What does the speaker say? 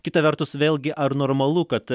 kita vertus vėlgi ar normalu kad